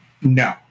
no